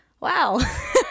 wow